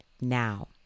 now